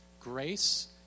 grace